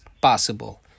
possible